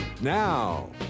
Now